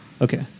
Okay